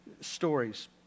stories